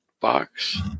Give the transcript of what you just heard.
box